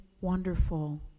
wonderful